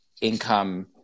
income